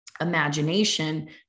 imagination